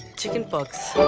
chickenpox.